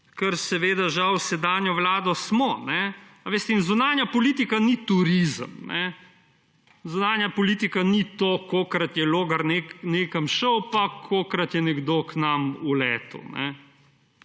kar seveda s sedanjo vlado žal smo. Zunanja politika ni turizem. Zunanja politika ni to, kolikokrat je Logar nekam šel pa kolikokrat je nekdo k nam vletel.